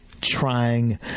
trying